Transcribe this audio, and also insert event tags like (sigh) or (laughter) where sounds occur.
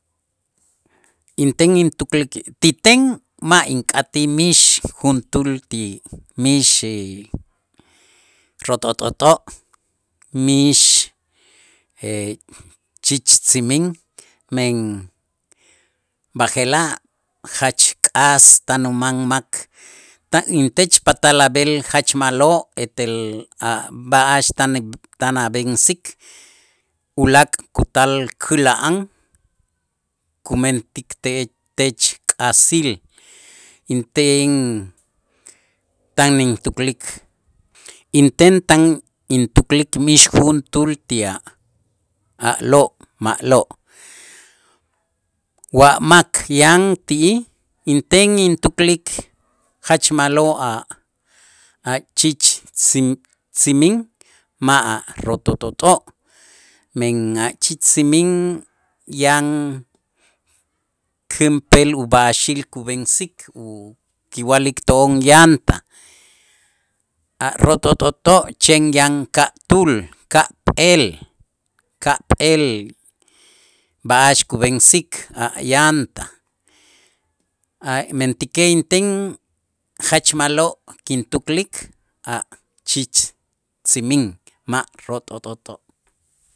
Inten intuklik ti ten ma' ink'atij mix juntuul ti mix (hesitation) rot'ot'ot'o', mix (hesitation) chichtzimin, men b'aje'laj jach k'as tan uman mak ta' intech patal ab'el jach ma'lo' etel a' b'a'ax tan (noise) tan ab'ensik ulaak' kutal käla'an kumentik te- tech k'asil, inten tan intuklik, inten tan intuklik mix juntuul ti a'-a'lo' ma'lo' wa mak yan ti'ij inten intuklik jach ma'lo' a' a' chich tzi- tzimin ma' rot'ot'ot'o', men achichtzimin yan känp'eel ub'a'axil kub'ensik u kiwa'likto'on llanta a rot'ot'ot'o' chen yan ka'tuul, ka'p'eel, ka'p'eel b'a'ax kub'ensik a' llanta, a' mentäkej inten jach ma'lo' kintuklik a' chichtzimin ma' rot'ot'ot'o'.